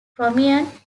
prominent